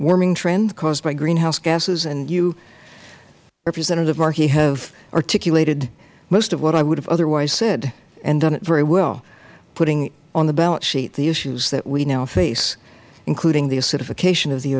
warming trend caused by greenhouse gases and you representative markey have articulated most of what i would have otherwise said and done it very well putting on the balance sheet the issues that we now face including the acidification of the